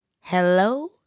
Hello